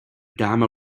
gamma